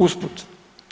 Usput